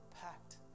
packed